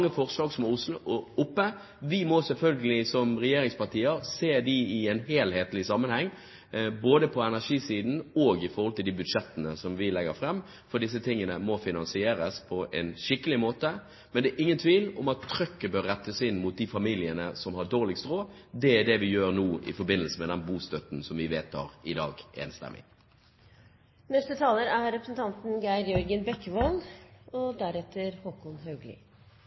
forslag som er kommet. Vi må selvfølgelig som regjeringspartier se dem i en helhetlig sammenheng, både på energisiden og i forhold til de budsjettene som vi legger fram, for dette må finansieres på en skikkelig måte. Men det er ingen tvil om at trykket bør rettes inn mot de familiene som har dårligst råd. Det er det vi gjør nå i forbindelse med den bostøtten som vi enstemmig vedtar i dag. Jeg skal ikke holde noe langt innlegg, dette er